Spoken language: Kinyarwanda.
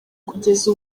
kugeza